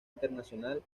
internacional